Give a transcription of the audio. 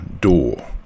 door